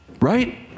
right